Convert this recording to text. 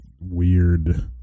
weird